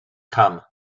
come